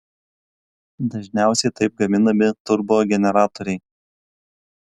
dažniausiai taip gaminami turbogeneratoriai